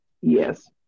yes